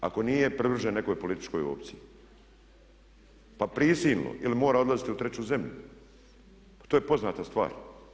Ako nije privržen nekoj političkoj opciji, pa prisilno ili mora odlaziti u treću zemlju, pa to je poznata stvar.